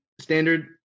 standard